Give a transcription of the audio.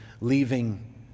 leaving